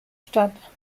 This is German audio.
statt